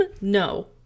no